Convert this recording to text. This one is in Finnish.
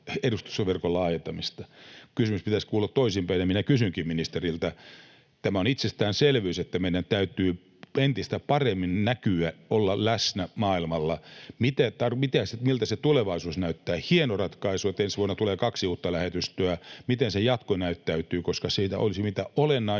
edustustoverkoston laajentamista. Kysymyksen pitäisi kuulua toisinpäin, ja niin minä kysynkin ministeriltä: Tämä on itsestäänselvyys, että meidän täytyy entistä paremmin näkyä, olla läsnä maailmalla. Miltä se tulevaisuus näyttää? Hieno ratkaisu, että ensi vuonna tulee kaksi uutta lähetystöä. Miten se jatko näyttäytyy? Se olisi mitä olennaisinta,